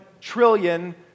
trillion